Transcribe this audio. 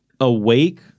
awake